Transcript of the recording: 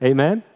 Amen